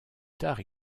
tard